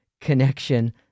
connection